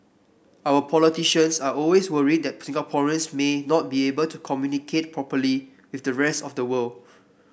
our politicians are always worried that Singaporeans may not be able to communicate properly with the rest of the world